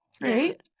right